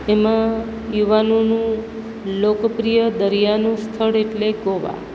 એમાં યુવાનોનું લોકપ્રિય દરિયાનું સ્થળ એટલે ગોવા